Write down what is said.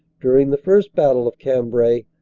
during the first battle of cambrai,